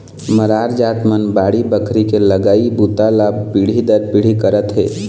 मरार जात मन बाड़ी बखरी के लगई बूता ल पीढ़ी दर पीढ़ी करत हे